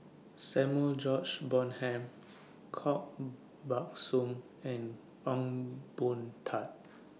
Samuel George Bonham Koh Buck Song and Ong Boon Tat